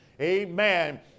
amen